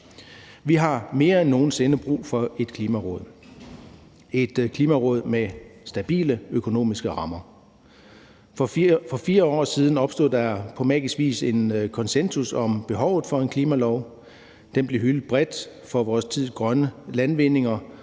Vi har mere end nogen sinde brug for et Klimaråd – et Klimaråd med stabile økonomiske rammer. For 4 år siden opstod der på magisk vis en konsensus om behovet for en klimalov. Den blev hyldet bredt for vores tids grønne landvindinger,